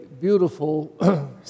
beautiful